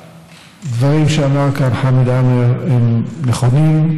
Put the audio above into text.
הדברים שאמר כאן חמד עמאר הם נכונים.